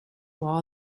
law